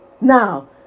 Now